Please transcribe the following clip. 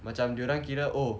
macam dia orang kira oh